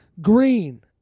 green